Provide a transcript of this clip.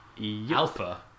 Alpha